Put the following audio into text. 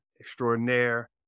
extraordinaire